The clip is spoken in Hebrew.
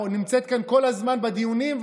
נמצאת כאן כל הזמן בדיונים,